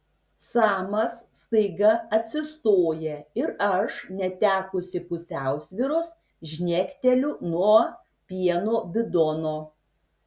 samas staiga atsistoja ir aš netekusi pusiausvyros žnekteliu nuo pieno bidono